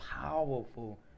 powerful